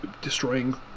destroying